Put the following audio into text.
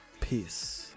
peace